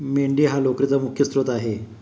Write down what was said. मेंढी हा लोकरीचा मुख्य स्त्रोत आहे